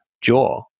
jaw